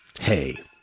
hey